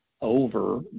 over